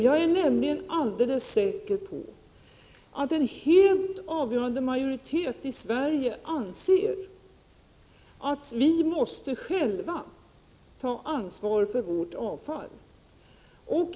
Jag är nämligen alldeles säker på att en helt avgörande majoritet i Sverige anser att vi själva måste ta ansvar för vårt avfall.